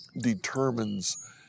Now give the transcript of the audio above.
determines